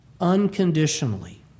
unconditionally